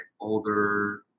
older